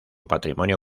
patrimonio